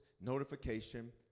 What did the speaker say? notification